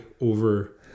over